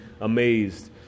amazed